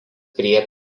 prie